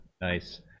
Nice